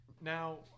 Now